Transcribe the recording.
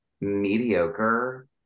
mediocre